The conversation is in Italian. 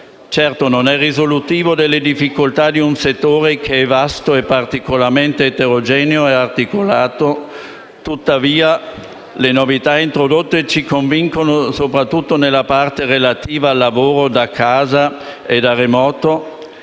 Certo, non è risolutivo delle difficoltà di un settore così vasto e particolarmente eterogeneo e articolato, tuttavia le novità introdotte ci convincono soprattutto nella parte relativa al lavoro da casa o da remoto,